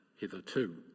hitherto